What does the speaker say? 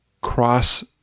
cross